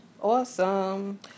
Awesome